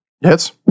Yes